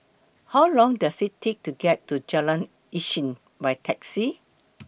How Long Does IT Take to get to Jalan Isnin By Taxi